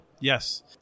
Yes